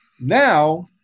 Now